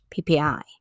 PPI